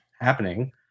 happening